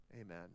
Amen